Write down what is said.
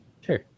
sure